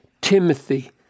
Timothy